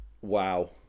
Wow